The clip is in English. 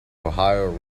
ohio